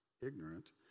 ignorant